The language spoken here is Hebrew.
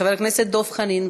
חבר הכנסת דב חנין,